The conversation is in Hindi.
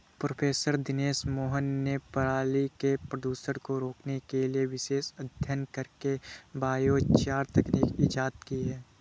प्रोफ़ेसर दिनेश मोहन ने पराली के प्रदूषण को रोकने के लिए विशेष अध्ययन करके बायोचार तकनीक इजाद की है